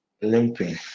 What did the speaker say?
limping